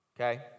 Okay